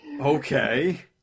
Okay